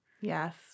Yes